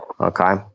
Okay